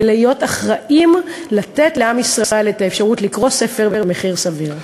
ולהיות אחראים לאפשרות לתת לעם ישראל לקרוא ספר במחיר סביר.